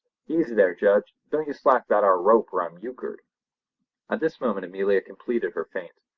easy there, judge! don't you slack that ar rope or i'm euchered at this moment amelia completed her faint,